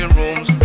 rooms